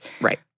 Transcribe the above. Right